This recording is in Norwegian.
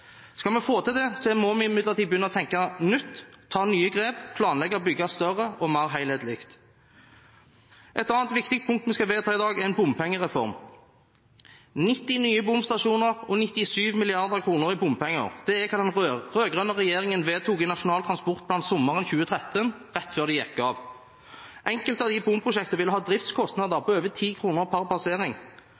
Skal vi få til det, må vi imidlertid begynne å tenke nytt, ta nye grep og planlegge å bygge større og mer helhetlig. Et annet viktig punkt vi skal vedta i dag, er en bompengereform. 90 nye bomstasjoner og 97 mrd. kr i bompenger – det er hva den rød-grønne regjeringen vedtok i Nasjonal transportplan sommeren 2013, rett før den gikk av. Enkelte av de bomprosjektene ville hatt driftskostnader på over 10 kr per passering.